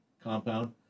compound